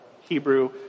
Hebrew